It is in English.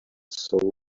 soul